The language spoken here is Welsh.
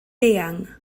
eang